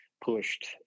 pushed